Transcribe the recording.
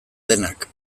denak